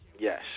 Yes